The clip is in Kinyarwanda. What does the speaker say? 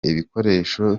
ibikoresho